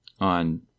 on